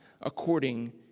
according